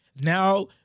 Now